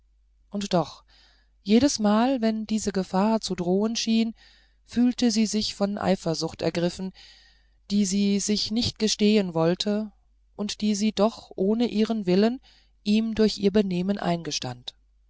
und doch jedesmal wenn diese gefahr zu drohen schien fühlte sie sich von eifersucht ergriffen die sie sich nicht gestehen wollte und die sie doch ohne ihren willen ihm durch ihr benehmen eingestand